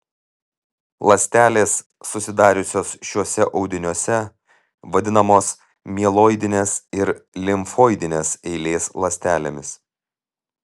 ląstelės susidariusios šiuose audiniuose vadinamos mieloidinės ir limfoidinės eilės ląstelėmis